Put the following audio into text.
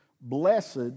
Blessed